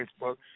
Facebook